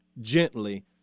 gently